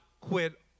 quit